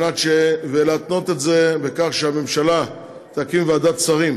ולהתנות את זה בכך שהממשלה תקים ועדת שרים